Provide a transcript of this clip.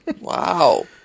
Wow